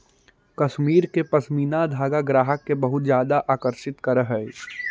कश्मीर के पशमीना धागा ग्राहक के बहुत ज्यादा आकर्षित करऽ हइ